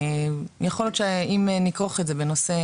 יכול להיות שאם נכרוך את זה בנושא